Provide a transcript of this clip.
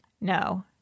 No